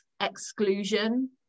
exclusion